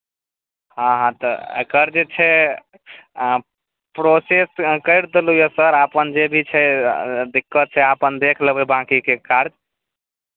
हँ हँ तऽ एकर जे छै आ प्रोसेस करि देलहुँ यए सर अपन जे भी छै दिक्कत छै अपन देखि लेबै बाँकीके कार्य